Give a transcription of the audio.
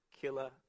killer